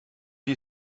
you